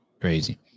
Crazy